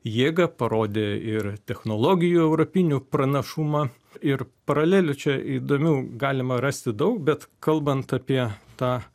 jėgą parodė ir technologijų europinių pranašumą ir paralelių čia įdomių galima rasti daug bet kalbant apie tą